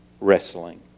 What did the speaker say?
wrestling